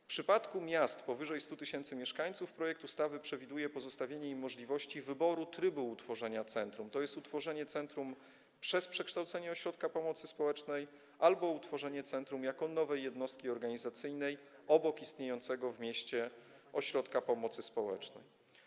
W przypadku miast powyżej 100 tys. mieszkańców projekt ustawy przewiduje pozostawienie im możliwości wyboru trybu utworzenia centrum, tj. utworzenie centrum przez przekształcenie ośrodka pomocy społecznej albo utworzenie centrum jako nowej jednostki organizacyjnej obok istniejącego w mieście ośrodka pomocy społecznej.